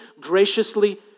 graciously